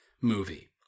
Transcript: movie